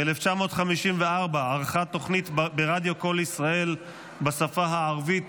ב-1954 ערכה תוכנית ברדיו קול ישראל בשפה הערבית,